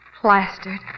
Plastered